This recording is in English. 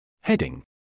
Heading